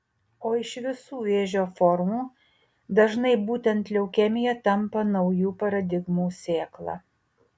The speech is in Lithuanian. o iš visų vėžio formų dažnai būtent leukemija tampa naujų paradigmų sėkla